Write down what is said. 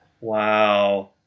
wow